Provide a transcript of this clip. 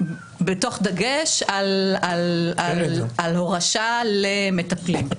בדגש על הורשה למטפלים.